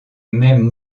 même